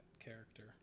character